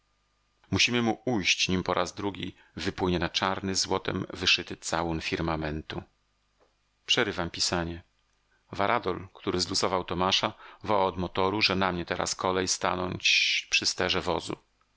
musimy mu ujść nim po raz drugi wypłynie na czarny złotem wyszyty całun firmamentu przerywam pisanie varadol który zluzował tomasza woła od motoru że na mnie teraz kolej stanąć przy sterze wozu